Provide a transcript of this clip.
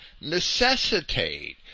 necessitate